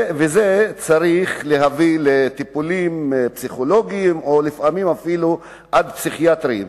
וצריך להביא אותם לטיפולים פסיכולוגיים או לפעמים אפילו עד פסיכיאטריים.